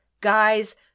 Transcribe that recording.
Guys